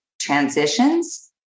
transitions